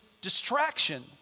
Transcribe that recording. distraction